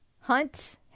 Hunt